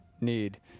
need